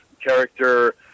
character